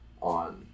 on